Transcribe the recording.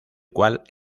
cual